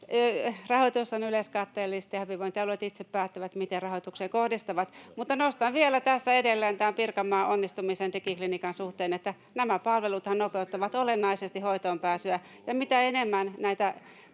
rahoitus on yleiskatteellista ja hyvinvointialueet itse päättävät, miten rahoituksen kohdistavat. Mutta nostan vielä tässä edelleen tämän Pirkanmaan onnistumisen digiklinikan suhteen, sillä nämä palveluthan nopeuttavat olennaisesti hoitoon pääsyä. Mitä enemmän näitä